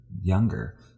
younger